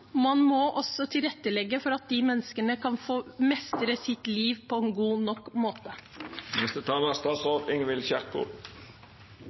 må man også tilrettelegge for at de menneskene kan få mestre livet sitt på en god nok måte. ME-pasienter opplever å bli satt ut av sitt eget liv. Det er